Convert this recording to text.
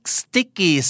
sticky